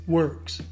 works